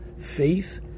faith